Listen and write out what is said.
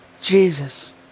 Jesus